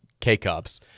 K-Cups